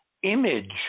image